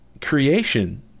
creation